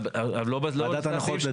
אבל לא בסעיף הזה.